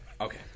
Okay